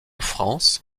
france